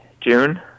June